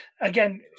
again